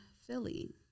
Philly